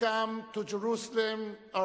welcome to Jerusalem our